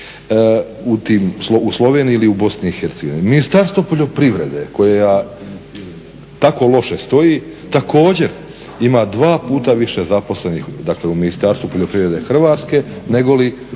u Sloveniji ili Bosni i Hercegovini. Ministarstvo poljoprivrede koja tako loše stoji također ima dva puta više zaposlenih, dakle u Ministarstvu poljoprivrede Hrvatske nego li